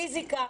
בפיסיקה.